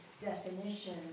definition